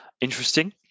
interesting